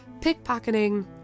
Pickpocketing